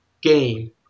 game